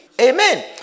Amen